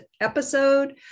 episode